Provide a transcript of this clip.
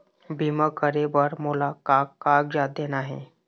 बीमा करे बर मोला का कागजात देना हे?